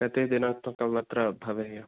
कति दिनात्मकम् अत्र भवेयम्